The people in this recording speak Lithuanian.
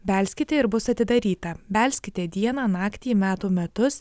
belskite ir bus atidaryta belskite dieną naktį metų metus